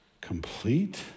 complete